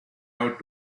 out